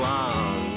on